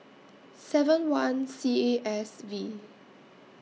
seven one C A S V